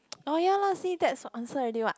oh ya lah see that's your answer already what